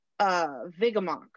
vigamox